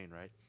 right